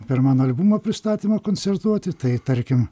per mano albumo pristatymą koncertuoti tai tarkim